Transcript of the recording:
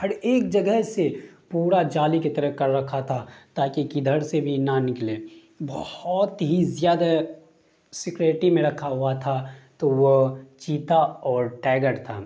ہر ایک جگہ سے پورا جالی کی طرح کر رکھا تھا تاکہ کدھر سے بھی نہ نکلے بہت ہی زیادہ سیکورٹی میں رکھا ہوا تھا تو وہ چیتا اور ٹائیگر تھا